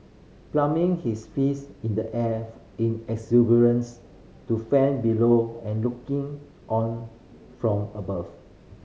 pumping his fist in the air in exuberance to fan below and looking on from above